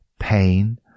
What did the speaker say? pain